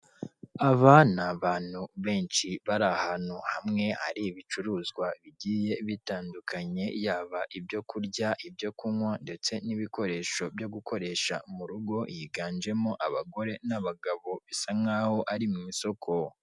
Aba ni abantu benshi bari ahantu hamwe hari ibicuruzwa bigiye bitandukanye yaba ibyo kurya, ibyo kunywa ndetse n'ibikoresho byo gukoresha mu rugo, higanjemo abagore n'abagabo bisa nkaho ari mu isoko.